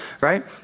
right